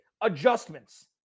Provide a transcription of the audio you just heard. adjustments